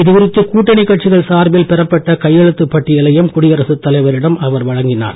இதுகுறித்து கூட்டணி கட்சிகள் சார்பில் பெறப்பட்ட கையெழுத்துப் பட்டியலையும் குடியரசு தலைவரிடம் அவர் வழங்கினார்